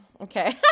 Okay